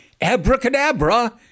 abracadabra